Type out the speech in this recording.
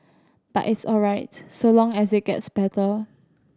but it's all right so long as it gets better